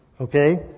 Okay